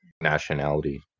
nationality